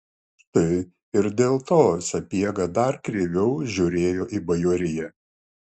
štai ir dėl to sapiega dar kreiviau žiūrėjo į bajoriją